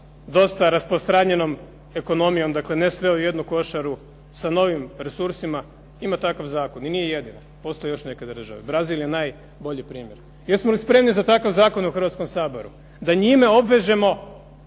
dosta rasprostranjenom ekonomijom, dakle ne sve u jednu košaru, sa novim resursima ima takav zakon i nije jedina, postoje još neke države, Brazil je najbolji primjer. Jesmo li spremni za takav zakon u Hrvatskom saboru, da njime obvežemo